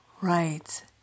Right